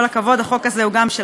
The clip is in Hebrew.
כל הכבוד, החוק הזה הוא גם שלך.